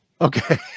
Okay